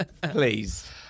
Please